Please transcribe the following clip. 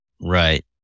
Right